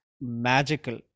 magical